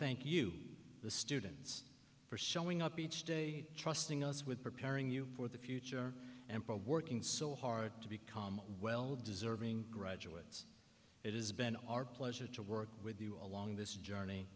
thank you the students for showing up each day trusting us with preparing you for the future employer working so hard to become well deserving graduates it has been our pleasure to work with you along this journey